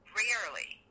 rarely